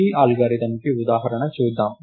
ఈ అల్గోరిథంకి ఉదాహరణను చూద్దాం